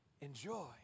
Enjoy